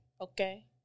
Okay